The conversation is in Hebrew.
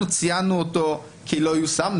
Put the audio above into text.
אנחנו ציינו אותו כלא יושם.